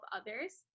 others